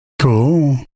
Cool